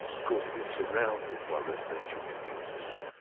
of course it is surrounded by residential communities.